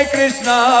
Krishna